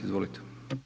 Izvolite.